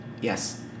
yes